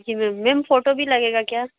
जी ma'am ma'am photo भी लगेगा क्या